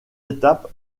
étapes